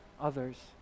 others